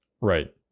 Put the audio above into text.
Right